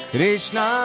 Krishna